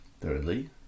Thirdly